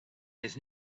his